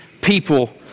people